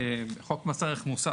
חוק מס ערך מוסף.